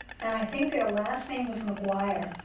and i think their last name was mcguire.